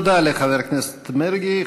תודה לחבר הכנסת מרגי.